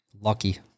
Lucky